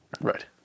Right